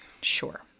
Sure